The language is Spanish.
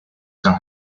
san